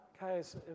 Guys